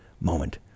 moment